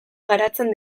garatzen